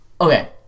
Okay